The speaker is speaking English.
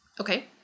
Okay